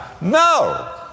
No